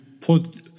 put